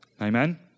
Amen